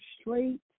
straight